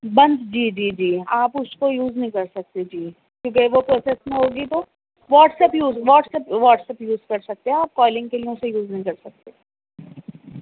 بند جی جی جی آپ اس کو یوز نہیں کر سکتے جی کیونکہ وہ پروسیس میں ہوگی تو WhatsApp use WhatsApp use کر سکتے ہیں آپ کالنگ کے لئے اسے یوز نہیں کر سکتے